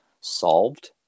solved